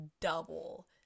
double